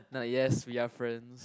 nah yes we are friends